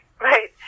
right